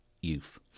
youth